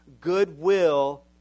goodwill